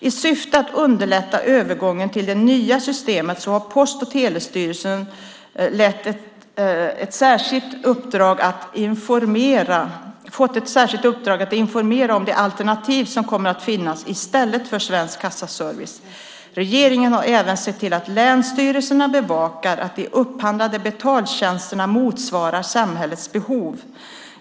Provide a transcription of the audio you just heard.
I syfte att underlätta övergången till det nya systemet har Post och telestyrelsen fått ett särskilt uppdrag att informera om de alternativ som kommer att finnas i stället för Svensk Kassaservice. Regeringen har även sett till att länsstyrelserna bevakar att de upphandlade betaltjänsterna motsvarar samhällets behov.